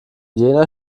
jener